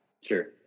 Sure